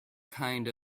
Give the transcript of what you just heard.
kind